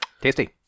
tasty